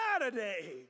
Saturday